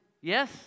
Yes